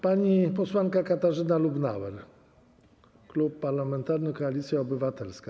Pani posłanka Katarzyna Lubnauer, Klub Parlamentarny Koalicja Obywatelska.